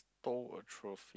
stole a trophy